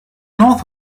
north